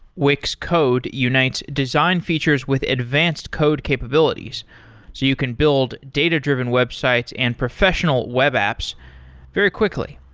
wix code unites design features with advanced code capabilities, so you can build data-driven websites and professional web apps very quickly.